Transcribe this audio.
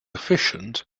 efficient